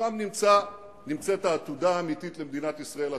שם נמצאת העתודה האמיתית למדינת ישראל הצפופה.